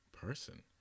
person